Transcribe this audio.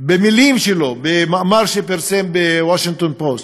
במילים שלו, במאמר שפרסם ב"וושינגטון פוסט":